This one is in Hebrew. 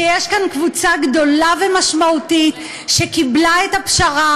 שיש כאן קבוצה גדולה ומשמעותית שקיבלה את הפשרה